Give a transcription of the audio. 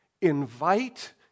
invite